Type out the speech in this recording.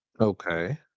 Okay